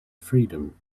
freedom